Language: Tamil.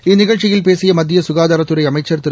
இந்நிகழ்ச்சியில் பேசிய மத்திய ககாதாரத் துறை அமைச்சர் திரு